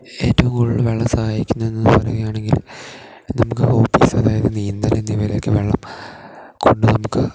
ഏറ്റവും കൂടുതൽ വെള്ളം സഹായിക്കുന്നത് എന്ന് പറയുകയാണെങ്കിൽ നമുക്ക് ഹോബീസ് അതായത് നീന്തൽ എന്നിവയിലൊക്കെ വെള്ളം കൊണ്ട് നമുക്ക്